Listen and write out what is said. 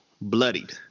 Bloodied